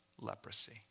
leprosy